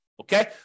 Okay